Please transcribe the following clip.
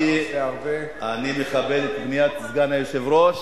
אני מכבד את פניית סגן היושב-ראש